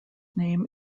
name